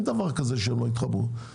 אין דבר כזה שלא יתחברו.